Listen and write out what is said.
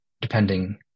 depending